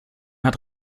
hat